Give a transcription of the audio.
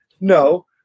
no